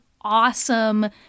awesome